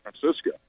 Francisco